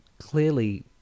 clearly